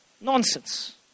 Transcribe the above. Nonsense